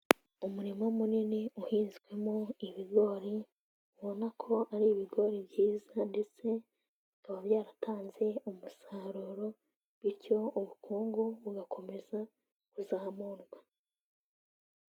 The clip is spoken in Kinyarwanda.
Umurima munini uhinzwemo ibigori, ubona ko ari ibigori byiza ndetse bikaba byaratanze umusaruro, bityo ubukungu bugakomeza kuzamurwa.